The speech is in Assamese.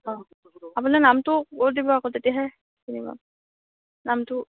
অ' আপোনাৰ নামটো কৈ দিব আকৌ তেতিয়াহে চিনি পাম নামটো